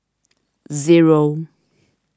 zero